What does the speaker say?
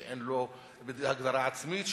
שאין לו הגדרה עצמית,